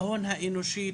ההון האנושי,